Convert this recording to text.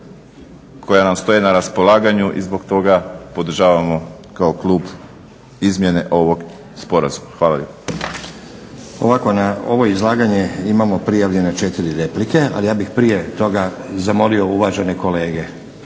koja nam stoje na raspolaganju i zbog toga podržavamo kao klub izmjene ovog sporazuma. Hvala lijepa. **Stazić, Nenad (SDP)** Na ovo izlaganje imamo prijavljene 4 replike, ali ja bih prije toga zamolio uvažene kolege